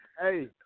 Hey